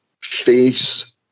face